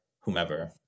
whomever